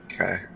Okay